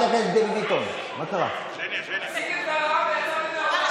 12 שנים יכולתם לעשות את זה.